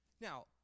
Now